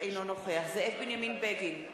אינו נוכח זאב בנימין בגין,